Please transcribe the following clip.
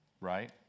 right